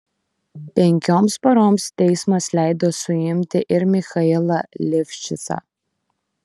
penkioms paroms teismas leido suimti ir michailą livšicą